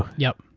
ah yup,